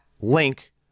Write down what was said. link